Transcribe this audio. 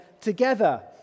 together